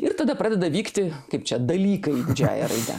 ir tada pradeda vykti kaip čia dalykai didžiąja raide